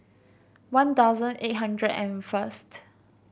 one thousand eight hundred and first